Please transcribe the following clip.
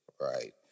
right